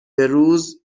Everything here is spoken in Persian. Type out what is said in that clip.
روز